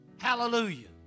Hallelujah